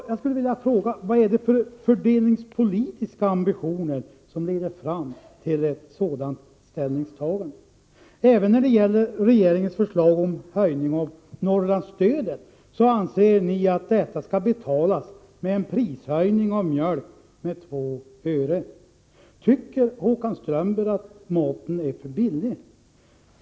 Vad är det för fördelningspolitiska ambitioner som leder fram till ett sådant ställningstagande? Ni anser också att den av regeringen föreslagna höjningen av Norrlandsstödet skall betalas genom en prishöjning på mjölken med 2 öre. Tycker Håkan Strömberg att maten är för billig?